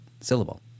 syllable